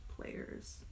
players